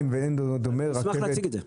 אני אשמח להציג את זה.